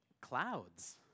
Clouds